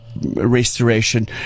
restoration